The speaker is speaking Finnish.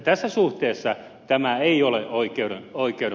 tässä suhteessa tämä ei ole oikeudenmukainen